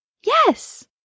Yes